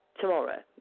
tomorrow